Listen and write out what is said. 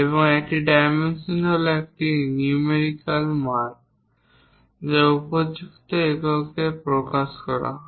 এবং একটি ডাইমেনশন হল একটি নিউমেরিক্যাল মান যা উপযুক্ত এককে প্রকাশ করা হয়